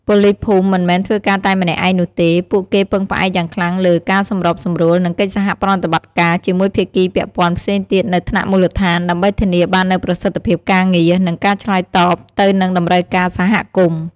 ប៉ូលីសភូមិមិនមែនធ្វើការតែម្នាក់ឯងនោះទេ ពួកគេពឹងផ្អែកយ៉ាងខ្លាំងលើ ការសម្របសម្រួល និងកិច្ចសហប្រតិបត្តិការ ជាមួយភាគីពាក់ព័ន្ធផ្សេងទៀតនៅថ្នាក់មូលដ្ឋាន ដើម្បីធានាបាននូវប្រសិទ្ធភាពការងារ និងការឆ្លើយតបទៅនឹងតម្រូវការសហគមន៍។